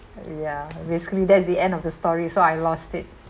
ya basically that's the end of the story so I lost it